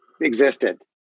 existed